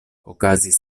okazis